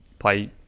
play